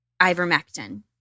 ivermectin